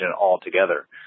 altogether